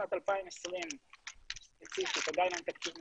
בשנת 2020 עדיין אין תקציב מדינה,